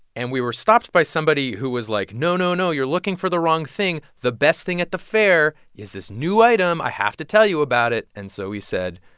and we were stopped by somebody who was, like, no, no, no you're looking for the wrong thing. the best thing at the fair is this new item. i have to tell you about it. and so we said,